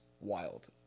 wild